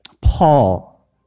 Paul